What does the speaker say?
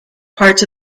parts